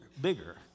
bigger